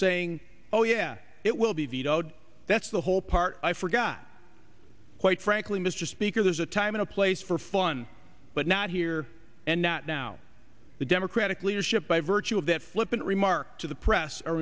saying oh yeah it will be vetoed that's the whole part i forgot quite frankly mr speaker there's a time in a place for fun but not here and not now the democratic leadership by virtue of that flippant remark to the press a